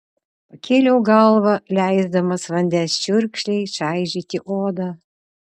pakėliau galvą leisdamas vandens čiurkšlei čaižyti odą